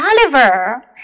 Oliver